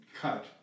cut